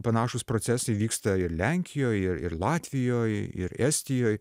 panašūs procesai vyksta ir lenkijoj ir ir latvijoj ir estijoj